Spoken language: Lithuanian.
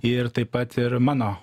ir taip pat ir mano